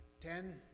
ten